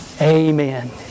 Amen